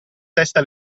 testa